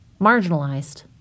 marginalized